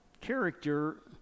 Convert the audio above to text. character